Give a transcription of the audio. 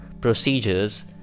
procedures